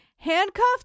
Handcuffed